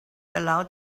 allowed